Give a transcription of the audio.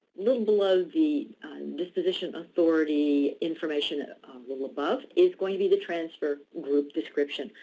little below the disposition authority information a little above is going to be the transfer group description.